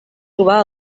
trobar